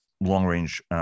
long-range